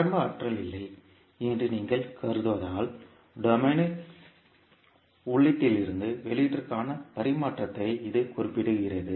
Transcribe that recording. ஆரம்ப ஆற்றல் இல்லை என்று நீங்கள் கருதுவதால் டொமைனில் உள்ளீட்டிலிருந்து வெளியீட்டிற்கான பரிமாற்றத்தை இது குறிப்பிடுகிறது